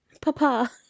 papa